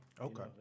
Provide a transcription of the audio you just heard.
Okay